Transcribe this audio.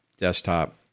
desktop